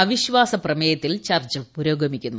അവിശ്വാസപ്രമേയത്തിൽ ചർച്ച പുരോഗമിക്കുന്നു